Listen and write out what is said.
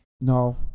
No